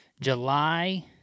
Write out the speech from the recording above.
July